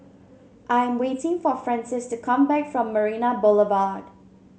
I'm waiting for Francies to come back from Marina Boulevard